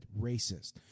racist